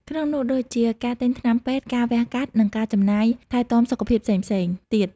ក្នុងនោះដូចជា ការទិញថ្នាំពេទ្យ ការវះកាត់ និងការចំណាយថែទាំសុខភាពផ្សេងៗទៀត។